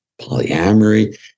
polyamory